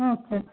okay